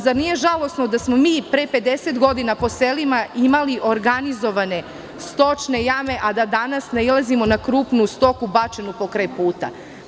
Zar nije žalosno da smo pre 50 godina po selima imali organizovane stočne jame, a da danas nailazimo na krupnu stoku bačenu pokraj puta?